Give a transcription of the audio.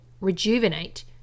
rejuvenate